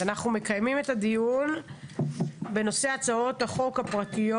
אנחנו מקיימים את הדיון בנושא הצעות החוק הפרטיות